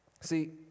See